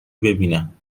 ببینم